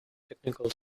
technical